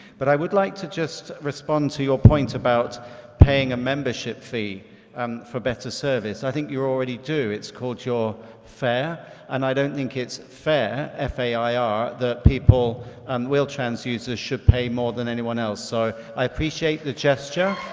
but i would like to just respond to your point about paying a membership fee um for better service. i think you already do it's called your fare and i don't think it's fair, f a i r that people and wheel-trans users should pay more than anyone else. so i appreciate the gesture,